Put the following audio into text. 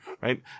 right